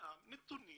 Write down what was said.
אינם נתונים